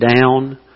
down